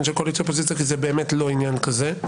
של קואליציה ואופוזיציה כי זה באמת לא עניין כזה.